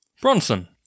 Bronson